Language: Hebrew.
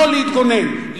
לא להתגונן.